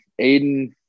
Aiden